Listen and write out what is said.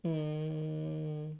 um